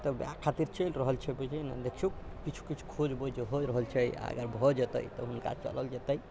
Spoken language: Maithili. तऽ ओएह खातिर चलि रहल छै बुझलियै ने देखियौ किछु किछु खोज वोज होइ रहल छै अगर भऽ जेतै तखन हुनका चलल जेतै